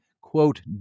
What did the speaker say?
quote